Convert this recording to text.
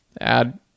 add